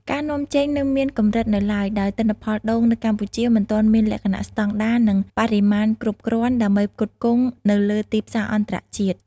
ការនាំចេញនៅមានកម្រិតនៅឡើយ ដោយទិន្នផលដូងនៅកម្ពុជាមិនទាន់មានលក្ខណៈស្តង់ដារ និងបរិមាណគ្រប់គ្រាន់ ដើម្បីផ្គត់ផ្គង់នៅលើទីផ្សារអន្តរជាតិ។